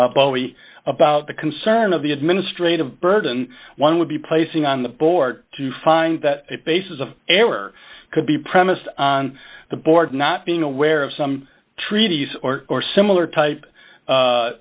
only about the concern of the administrative burden one would be placing on the board to find that a basis of error could be premised on the board not being aware of some treaties or or similar type